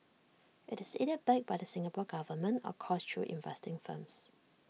IT is either backed by the Singapore Government or coursed through investing firms